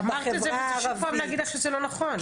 טוב, אמרת את זה, ושוב פעם להגיד לך שזה לא נכון?